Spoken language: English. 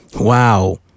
Wow